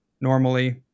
Normally